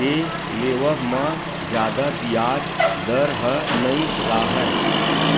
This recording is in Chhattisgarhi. के लेवब म जादा बियाज दर ह नइ राहय